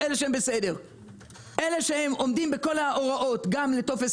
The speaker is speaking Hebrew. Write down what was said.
אלה שהם בסדר ועומדים בכל ההוראות גם לטופס